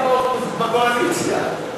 אתה היית בקואליציה.